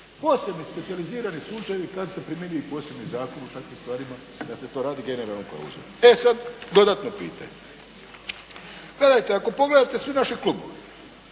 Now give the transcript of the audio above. posebni, specijalizirani slučajevi kad se primjenjuju posebni zakon u takvim stvarima, kad se to radi o generalnoj klauzuli. E sad dodatno pitanje. Gledajte, ako pogledate sve naše klubove,